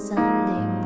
Sunday